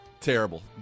Terrible